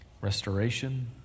restoration